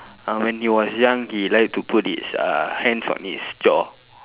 uh when he was young he like to put his uh hands on his jaw